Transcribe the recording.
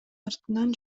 артынан